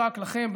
רק לכם,